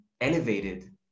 elevated